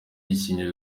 yishimiwe